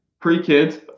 Pre-kids